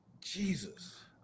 Jesus